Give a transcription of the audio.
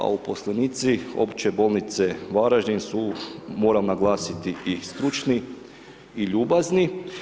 A uposlenici Opće bolnice Varaždin su moram naglasiti i stručni i ljubazni.